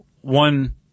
one